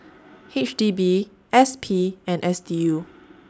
H D B S P and S D U